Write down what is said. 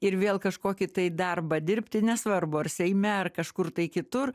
ir vėl kažkokį darbą dirbti nesvarbu ar seime ar kažkur kitur